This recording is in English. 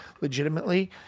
legitimately